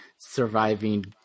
surviving